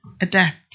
adapt